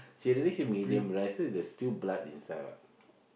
she already say medium rare so there's still blood inside [what]